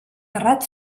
terrat